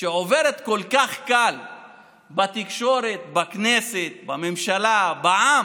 שעוברת כל כך קל בתקשורת, בכנסת, בממשלה, בעם,